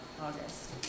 August